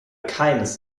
keines